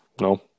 no